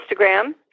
Instagram